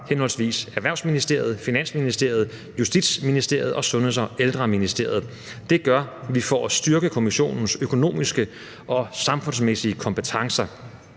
henholdsvis Erhvervsministeriet, Finansministeriet, Justitsministeriet og Sundheds- og Ældreministeriet. Det gør vi for at styrke kommissionens økonomiske og samfundsmæssige kompetencer.